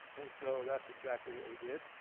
and so that's exactly what we did.